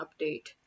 update